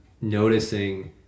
noticing